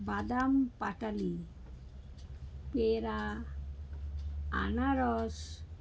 বাদাম পাটালি পেঁড়া আনারস